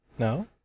No